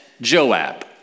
Joab